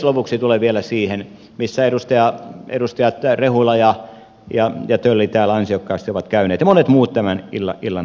lopuksi tulen vielä siihen missä edustajat rehula ja tölli täällä ansiokkaasti ovat käyneet ja monet muut tämän illan aikaan